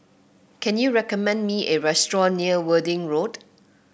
can you recommend me a restaurant near Worthing Road